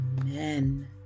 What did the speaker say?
amen